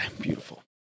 Beautiful